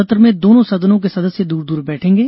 सत्र में दोनों सदनों के सदस्य दूर दूर बैठेंगे